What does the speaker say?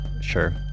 Sure